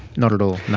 not at all,